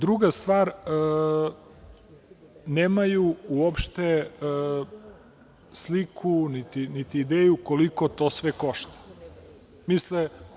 Druga stvar, nemaju uopšte sliku, niti ideju, koliko to sve košta, misle.